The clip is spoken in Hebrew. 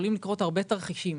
יכולים לקרות הרבה תרחישים,